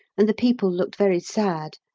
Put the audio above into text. and the people looked very sad.